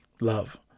love